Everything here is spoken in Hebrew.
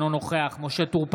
אינו נוכח משה טור פז,